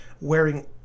wearing